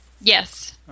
Yes